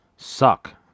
Suck